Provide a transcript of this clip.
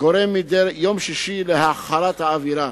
גורם מדי יום שישי להעכרת האווירה.